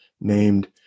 named